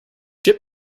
ship